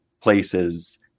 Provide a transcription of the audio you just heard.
places